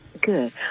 Good